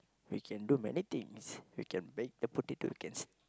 we can do many things we can bake the potato we can s~